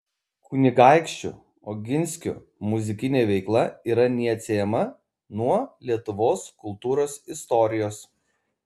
kunigaikščių oginskių muzikinė veikla yra neatsiejama nuo lietuvos kultūros istorijos